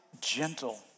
gentle